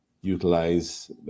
utilize